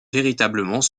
véritablement